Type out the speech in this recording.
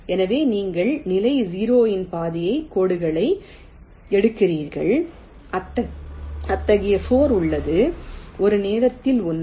எனவே நீங்கள் நிலை 0 இன் பாதைக் கோடுகளை எடுக்கிறீர்கள் அத்தகைய 4 உள்ளன ஒரு நேரத்தில் ஒன்று